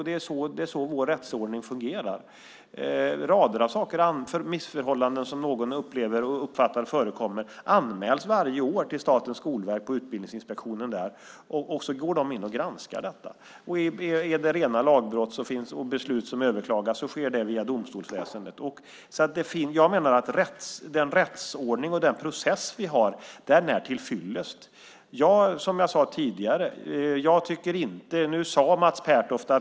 Det är så vår rättsordning fungerar. Rader av missförhållanden som någon upplever och uppfattar förekommer anmäls varje år till Statens skolverk och utbildningsinspektionen där. Så går de in och granskar det. Är det rena lagbrott och beslut som överklagas sker det via domstolsväsendet. Jag menar att den rättsordning och den process vi har är tillfyllest.